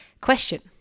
Question